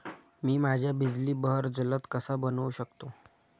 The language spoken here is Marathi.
मी माझ्या बिजली बहर जलद कसा बनवू शकतो?